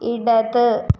ഇടത്